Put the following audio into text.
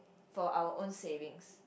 for our own savings